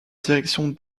direction